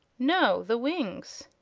no the wings.